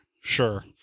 Sure